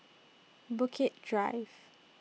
Bukit Drive